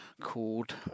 called